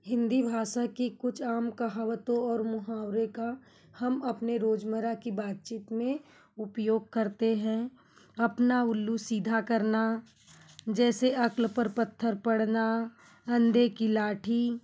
हिन्दी भाषा की कुछ आम कहावतों और मुहावरे का हम अपने रोज़मर्रा की बातचीत में उपयोग करते हैं अपना उल्लू सीधा करना जैसे अकल पर पत्थर पड़ना अंधे की लाठी